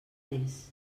més